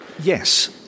Yes